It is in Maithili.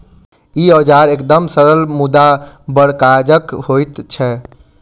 ई औजार एकदम सरल मुदा बड़ काजक होइत छै